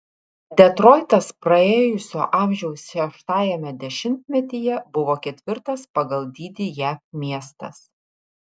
detroitas praėjusio amžiaus šeštajame dešimtmetyje buvo ketvirtas pagal dydį jav miestas